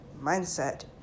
mindset